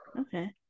Okay